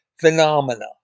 phenomena